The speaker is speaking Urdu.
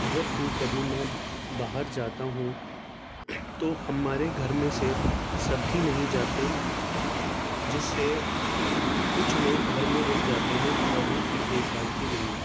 جب بھی کبھی میں باہر جاتا ہوں تو ہمارے گھر میں سے سبھی نہیں جاتے جس سے کچھ لوگ گھر میں رک جاتے ہیں پودے کی دیکھ بھال کے لیے